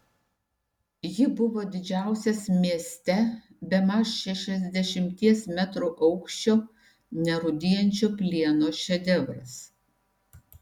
ji buvo didžiausias mieste bemaž šešiasdešimties metrų aukščio nerūdijančio plieno šedevras